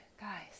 guys